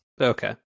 Okay